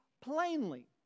plainly